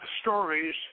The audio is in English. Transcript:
stories